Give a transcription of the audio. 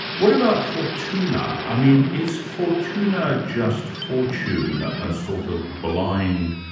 what about fortuna? i mean is fortuna just fortune, a sort of blind,